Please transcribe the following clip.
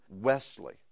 Wesley